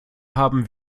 haben